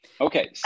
Okay